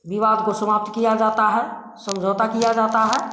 विवाद को समाप्त किया जाता है समझौता किया जाता है